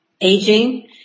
aging